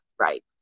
right